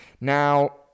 Now